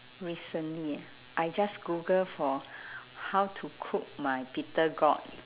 recently ah I just google for how to cook my bittergourd